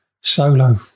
Solo